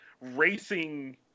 racing